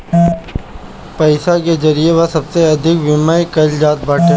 पईसा के जरिया से सबसे अधिका विमिमय कईल जात बाटे